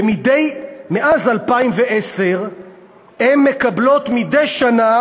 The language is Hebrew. ומאז 2010 הן מקבלות מדי שנה